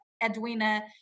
Edwina